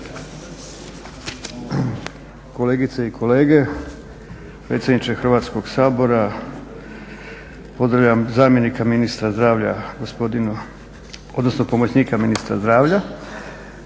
Kolegice i kolege, predsjedniče Hrvatskoga sabora, pozdravljam zamjenika ministra zdravlja gospodina, odnosno pomoćnika ministra zdravlja.